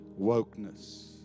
wokeness